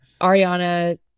Ariana